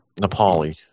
nepali